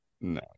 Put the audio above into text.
No